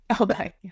Okay